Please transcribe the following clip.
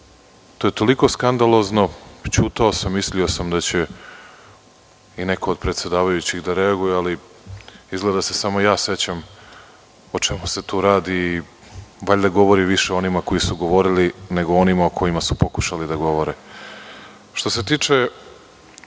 je toliko skandalozno. Ćutao sam, mislio sam da će i neko od predsedavajućih da reaguje, ali izgleda se samo ja sećam o čemu se tu radi. Valjda to govori više o onima koji su govorili, nego o onima o kojima su pokušali da govore. Što se tiče